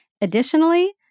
Additionally